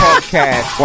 Podcast